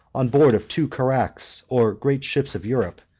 on board of two carracks, or great ships of europe,